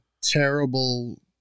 terrible